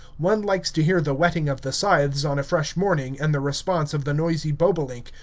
one likes to hear the whetting of the scythes on a fresh morning and the response of the noisy bobolink,